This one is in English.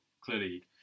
clearly